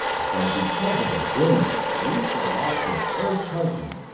so because of her illness, lisa lost her first husband,